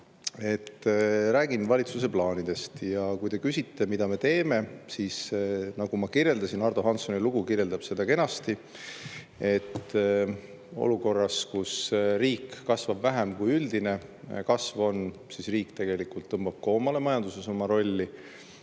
ja räägin valitsuse plaanidest. Kui te küsite, mida me teeme, siis ma kirjeldasin – Ardo Hanssoni lugu kirjeldab seda kenasti –, et olukorras, kus riik kasvab vähem, kui üldine kasv on, siis tegelikult tõmbab riik oma rolli majanduses koomale.